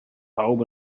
pawb